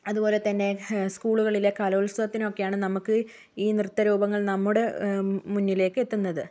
അതുപോലെതന്നെ സ്കൂളുകളിലെ കലോത്സവത്തിന് ഒക്കെയാണ് നമുക്ക് ഈ നൃത്തരൂപങ്ങൾ നമ്മുടെ മുന്നിലേക്ക് എത്തുന്നത്